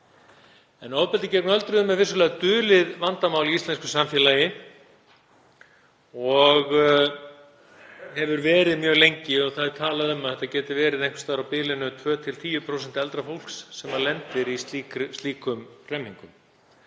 Ofbeldi gegn öldruðum er vissulega dulið vandamál í íslensku samfélagi og hefur verið mjög lengi. Talað er um að það geti verið einhvers staðar á bilinu 2–10% eldra fólks sem lenda í slíkri slíkum hremmingum,